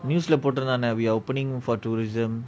news lah போடு இருந்தானே:potu irunthaaney we are opening for tourism